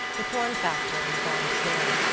the corn-factor on the ground floor.